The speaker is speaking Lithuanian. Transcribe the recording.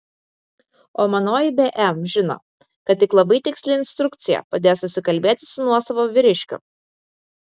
o manoji bm žino kad tik labai tiksli instrukcija padės susikalbėti su nuosavu vyriškiu